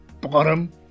bottom